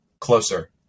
closer